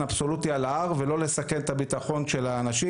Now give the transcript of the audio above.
אבסולוטי על ההר ולא לסכן את הביטחון של האנשים,